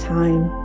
time